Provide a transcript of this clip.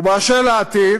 ובאשר לעתיד,